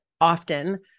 often